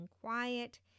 quiet